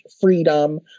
freedom